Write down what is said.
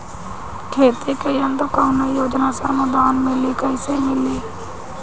खेती के यंत्र कवने योजना से अनुदान मिली कैसे मिली?